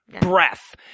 breath